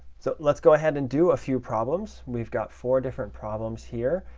so let's go ahead and do a few problems. we've got four different problems here,